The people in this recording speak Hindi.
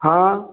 हाँ